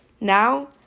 Now